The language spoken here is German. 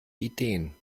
ideen